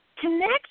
connect